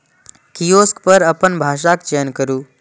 kiosk पर अपन भाषाक चयन करू